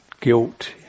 guilt